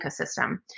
ecosystem